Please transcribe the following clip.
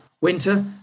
winter